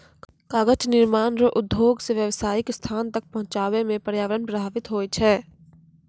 कागज निर्माण रो उद्योग से व्यावसायीक स्थान तक पहुचाबै मे प्रर्यावरण प्रभाबित होय छै